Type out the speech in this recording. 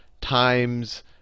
times